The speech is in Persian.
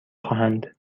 خواهند